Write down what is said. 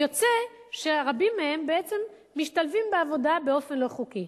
יוצא שרבים מהם בעצם משתלבים בעבודה באופן לא חוקי.